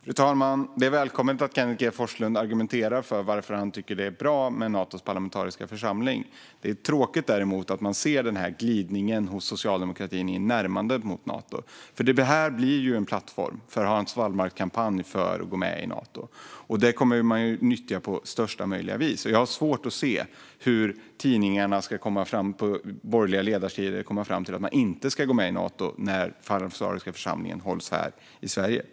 Fru talman! Det är välkommet att Kenneth G Forslund argumenterar för varför han tycker att det är bra med Natos parlamentariska församling. Det är däremot tråkigt att man ser den här glidningen hos socialdemokratin till ett närmande mot Nato. Det här blir ju en plattform för en Hans Wallmark-kampanj för att gå med i Nato. Det kommer man att nyttja på största möjliga vis. Jag har svårt att se hur de borgerliga ledarsidorna ska komma fram till att man inte ska gå med i Nato när den parlamentariska församlingen hålls här i Sverige.